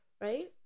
right